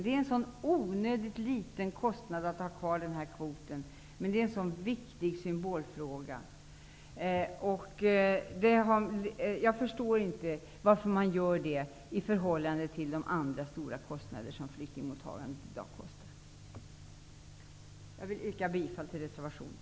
Det är en så liten kostnad att ha denna kvot kvar, men det är en så viktig symbolfråga. Jag förstår inte varför man gör det med tanke på de andra stora kostnaderna för flyktingmottagandet i dag. Jag vill yrka bifall till reservationen.